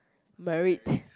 merit